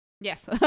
yes